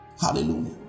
Hallelujah